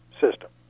system